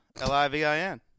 L-I-V-I-N